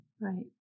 Right